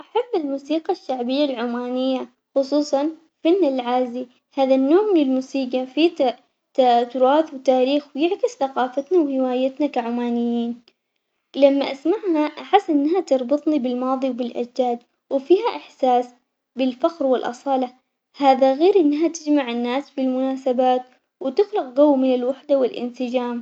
أول خطوة لازم تطفي الكهربا عشان تتجنب أي صدمة كهربائية بعدين تفك المصباح القديم ب- بحذر من من الفتحات، تاأد من إنك ماسك المصباح من القاع ومن زجاج عشان ما ينكسر، بعد ما تشيل المصباح القديم تاخذ المصباح الجديد تثبته بمكانه بنفس الطريقة، وأخيراً شغل الكهربا وتتأكد من المصباح يعمل.